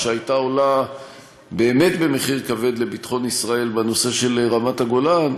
שהייתה עולה במחיר כבד לביטחון ישראל בנושא של רמת-הגולן,